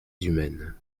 humaines